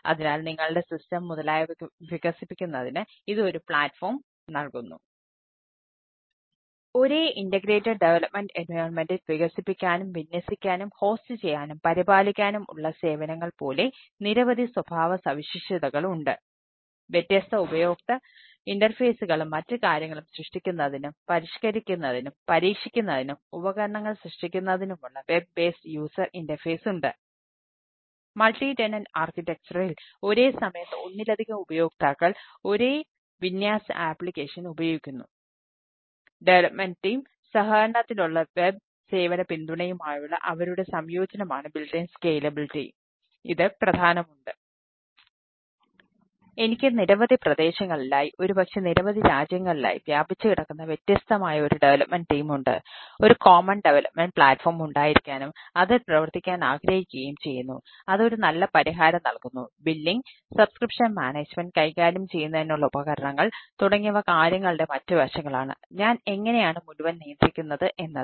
അതിനാൽ ഒരേ integrated development എൻവിയോൺമെൻറിൽ കൈകാര്യം ചെയ്യുന്നതിനുള്ള ഉപകരണങ്ങൾ തുടങ്ങിയവ കാര്യങ്ങളുടെ മറ്റ് വശങ്ങളാണ് ഞാൻ എങ്ങനെയാണ് മുഴുവൻ നിയന്ത്രിക്കുന്നത് എന്നത്